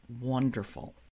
wonderful